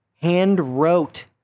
hand-wrote